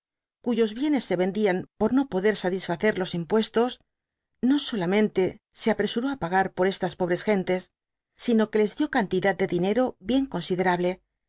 cuyos bienes se vendian por no poder satisfacer los impuestos no solamente se apresuró á pagar por estas pobres gentes sino que les dio cantidad de dinero bien considerable